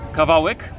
kawałek